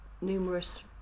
numerous